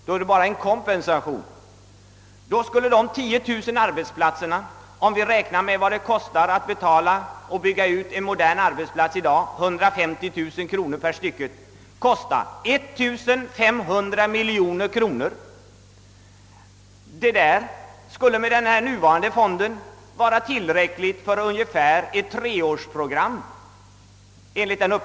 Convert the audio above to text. Men denna kompensation kostar 1500 miljoner kronor, eftersom utbyggandet av varje arbetsplats kostar 150 000 kronor. Den nuvarande fonden skulle alltså räcka för ett treårsprogram.